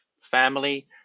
family